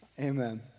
Amen